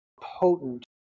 potent